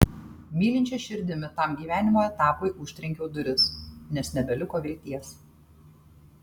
mylinčia širdimi tam gyvenimo etapui užtrenkiau duris nes nebeliko vilties